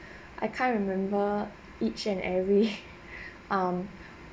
I can't remember each and every um